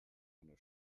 einer